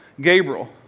Gabriel